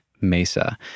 Mesa